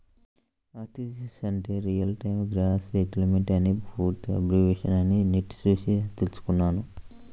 RTGS అంటే real time gross settlement అని పూర్తి అబ్రివేషన్ అని నెట్ చూసి తెల్సుకున్నాను